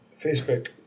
Facebook